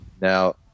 Now